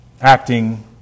acting